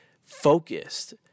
focused